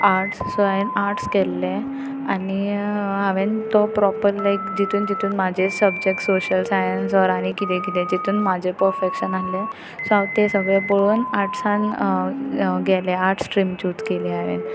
arts so हांवें arts केल्लें आनी हांवें तो प्रोपर लायक जितून जितून म्हाजे सबजेक्ट्स सोशल सायंस ऑर आनीक कितें कितें जितून म्हाजें परफेक्शन आसलें सो हांव तें सगळें पळोवन आर्ट्सांत गेलें आर्ट्स स्ट्रीम चूज केली हांवें